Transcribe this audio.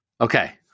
okay